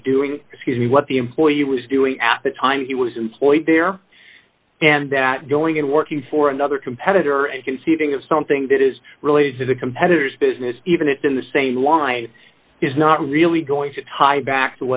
was doing scuse me what the employee was doing at the time he was employed there and that going in working for another competitor and conceiving of something that is related to the competitors business even if in the same line is not really going to tie back